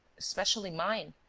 especially mine.